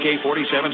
AK-47